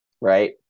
Right